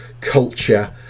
culture